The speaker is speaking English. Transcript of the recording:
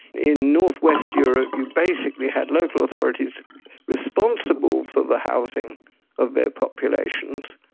in north-west europe you basically had local authorities responsible for the housing of their populations,